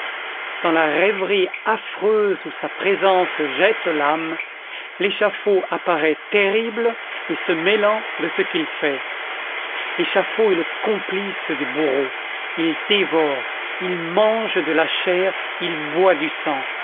dans la rêverie affreuse où sa présence jette l'âme l'échafaud apparaît terrible et se mêlant de ce qu'il fait l'échafaud est le complice du bourreau il dévore il mange de la chair il boit du sang